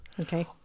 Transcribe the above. okay